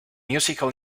musical